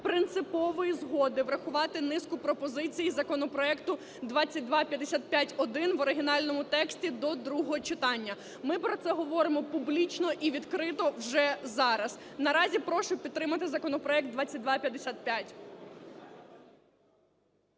принципової згоди врахувати низку пропозицій законопроекту 2255-1 в оригінальному тексті до другого читання. Ми про це говоримо публічно і відкрито вже зараз. Наразі прошу підтримати законопроект 2255.